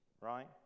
right